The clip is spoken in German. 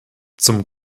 zum